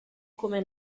come